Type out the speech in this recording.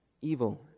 evil